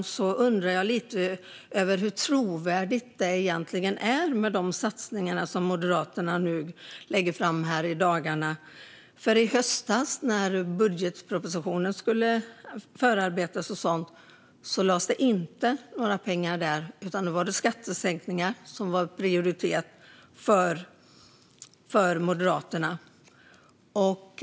Jag undrar hur trovärdiga de satsningar som Moderaterna lägger fram här i dagarna egentligen är. I höstas, när budgetpropositionen skulle förarbetas, lades det inte några pengar där, utan då var det skattesänkningar som var prioriterade för Moderaterna.